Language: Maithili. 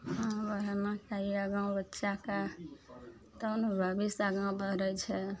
हँ बढ़ाना चाहिये आगा बच्चाके तब ने भविष्य आगा बढ़य छै